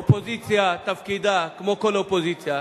אופוזיציה, תפקידה, כמו כל אופוזיציה,